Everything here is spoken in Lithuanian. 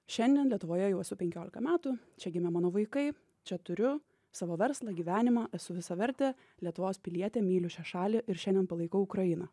šiandien lietuvoje jau esu penkiolika metų čia gimė mano vaikai čia turiu savo verslą gyvenimą esu visavertė lietuvos pilietė myliu šią šalį ir šiandien palaikau ukrainą